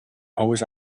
always